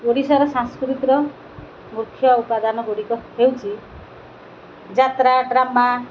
ଓଡ଼ିଶାର ସାଂସ୍କୃତିକ ମୁଖ୍ୟ ଉପାଦାନ ଗୁଡ଼ିକ ହେଉଛି ଯାତ୍ରା ଡ୍ରାମା